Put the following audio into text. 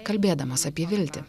kalbėdamas apie viltį